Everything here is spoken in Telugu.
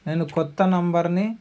నేను క్రొత్త నెంబర్ని